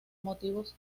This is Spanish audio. motivos